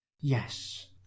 Yes